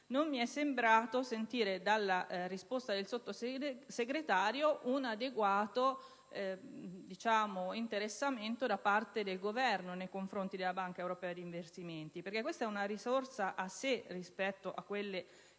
non mi è sembrato sentire dalla risposta del Sottosegretario un adeguato interessamento da parte del Governo nei confronti della Banca europea per gli investimenti. Questa è una risorsa a sé rispetto a quelle che